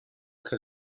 che